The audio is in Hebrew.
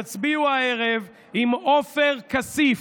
תצביעו הערב עם עופר כסיף,